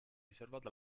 riservato